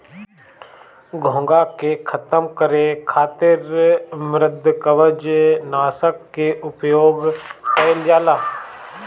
घोंघा के खतम करे खातिर मृदुकवच नाशक के उपयोग कइल जाला